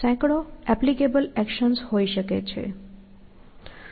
સેંકડો applicable actions હોઈ શકે છે